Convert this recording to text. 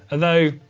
although,